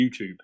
YouTube